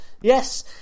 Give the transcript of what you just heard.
Yes